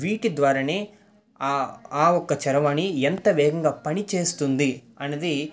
వీటి ద్వారానే ఆ ఆ ఒక్క చరవాణి ఎంత వేగంగా పనిచేస్తుంది అన్నది